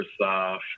Microsoft